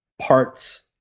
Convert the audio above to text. parts